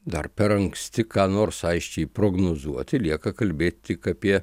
dar per anksti ką nors aisčiai prognozuoti lieka kalbėt tik apie